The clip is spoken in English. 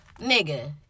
nigga